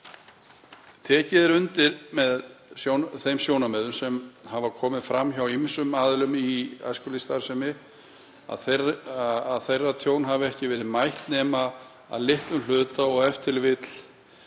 Tekið er undir með þeim sjónarmiðum sem fram hafa komið hjá ýmsum aðilum í æskulýðsstarfsemi að þeirra tjóni hafi ekki verið mætt nema að litlum hluta til og ef til vill